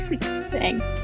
Thanks